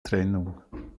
trennung